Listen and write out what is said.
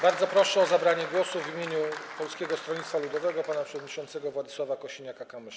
Bardzo proszę o zabranie głosu w imieniu Polskiego Stronnictwa Ludowego pana przewodniczącego Władysława Kosiniaka-Kamysza.